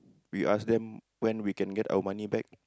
we ask them when we can get our money back